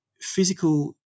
physical